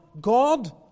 God